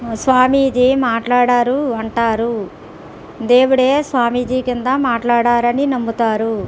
స్వామీజీ మాట్లాడారు అంటారు దేవుడు స్వామీజీ కింద మాట్లాడారు అని నమ్ముతారు